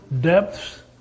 depths